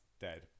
dead